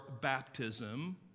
baptism